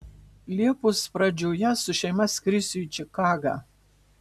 liepos pradžioje su šeima skrisiu į čikagą